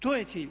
To je cilj.